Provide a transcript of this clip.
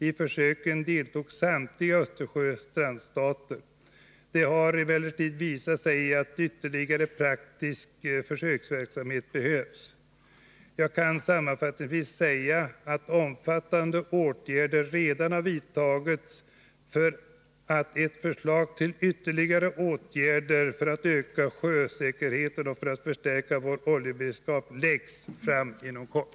I försöket deltog samtliga Östersjöns strandstater. Det har emellertid visat sig att ytterligare praktisk försöksverksamhet behövs. Jag kan sammanfattningsvis säga att omfattande åtgärder redan har vidtagits och att ett förslag till ytterligare åtgärder för att öka sjösäkerheten och för att förstärka vår oljeskyddsberedskap läggs fram inom kort.